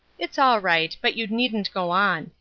it's all right. but you needn't go on.